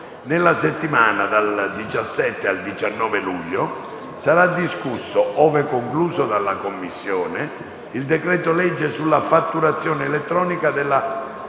Nella settimana dal 17 al 19 luglio sarà discusso, ove concluso dalla Commissione, il decreto-legge sulla fatturazione elettronica delle cessioni